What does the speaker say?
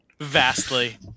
vastly